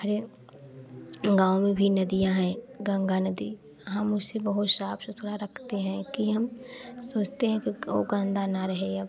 हमारे गाँव में भी नदियाँ हैं गंगा नदी हम उसे बहुत साफ़ सुथरा रखते हैं कि हम सोचते हैं कि को गंदा न रहे अब